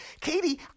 Katie